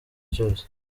cyose